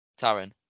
Taryn